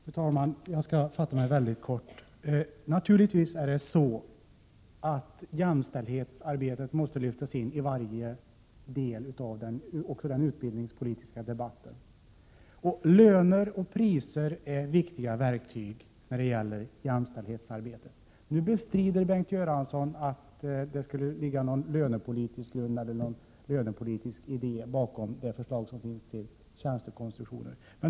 Fru talman! Jag skall fatta mig mycket kort. Naturligtvis måste jämställdhetsarbetet lyftas in i varje del av också den utbildningspolitiska debatten, och löner och priser är viktiga verktyg i jämställdhetsarbetet. Nu bestrider Bengt Göransson att det skulle finnas någon lönepolitisk idé bakom förslaget till tjänstekonstruktioner.